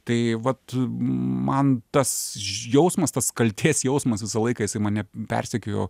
tai vat man tas jausmas tas kaltės jausmas visą laiką jisai mane persekiojo